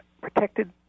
protected